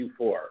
Q4